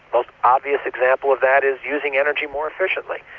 most obvious example of that is using energy more efficiently.